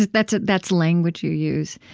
that's ah that's language you use.